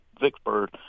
Vicksburg